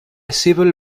civil